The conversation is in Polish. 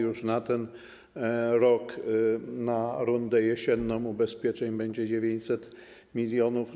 Już na ten rok na rundę jesienną ubezpieczeń będzie 900 mln.